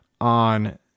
on